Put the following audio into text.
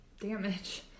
damage